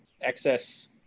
excess